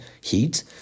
heat